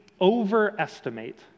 overestimate